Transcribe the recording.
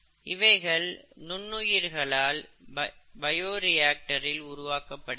இவைகள் நுண்ணுயிர்களால் பயோரியாக்டரில் உருவாக்கபடுகிறது